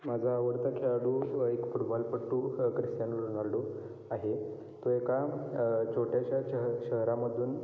माझा आवडता खेळाडू एक फुटबॉलपटू क्रिस्टियानो रोनाल्डो आहे तो एका छोट्याशा शह शहरामधून